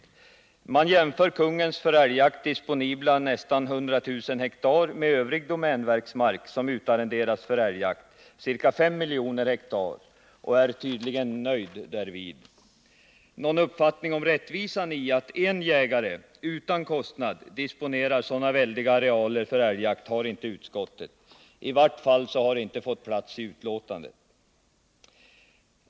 Utskottet jämför kungens för älgjakt disponibla nära 100 000 ha med övrig domänverksmark som utarrenderas för älgjakt, ca 5 miljoner ha, och är tydligen nöjt därvid. Någon uppfattning om rättvisan i att en jägare utan kostnad disponerar sådana väldiga arealer för älgjakt har inte utskottet — i vart fall har det inte fått plats i betänkandet.